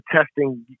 testing